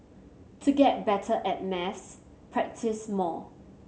to get better at maths practise more